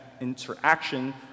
interaction